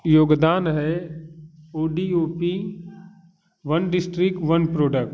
योगदान है O D O P one district one product